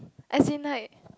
as in like